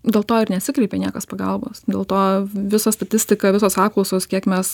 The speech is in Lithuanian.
dėl to ir nesikreipia niekas pagalbos dėl to visa statistika visos apklausos kiek mes